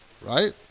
right